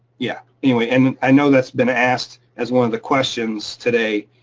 yeah, anyway. and i know that's been asked as one of the questions today,